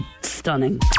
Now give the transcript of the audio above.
stunning